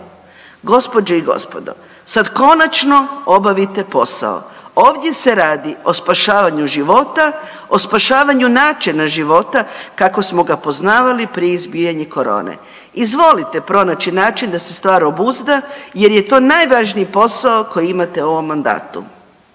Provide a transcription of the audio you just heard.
gospođe i gospodo, sad konačno obavite posao, ovdje se radi o spašavanju života, o spašavanju načina života kako smo ga poznavali prije izbijanja korone. Izvolite pronaći način da se stvar obuzda jer je to najvažniji posao koji imate u ovom mandatu.